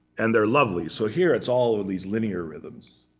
and they're lovely. so here it's all of these linear rhythms.